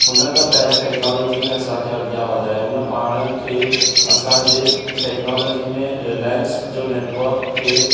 हुन त पहिरों टेक्नोलॉजी में असांखे अॻियां वधाए हुन पाण खे असांजे टेक्नोलॉजी में रिलायंस जो नेटवर्क खे